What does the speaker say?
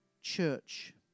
church